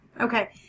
Okay